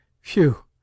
Phew